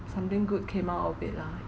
something good came out of it lah